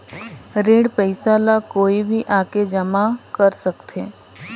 ऋण पईसा ला कोई भी आके जमा कर सकथे?